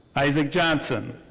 isaac johnson.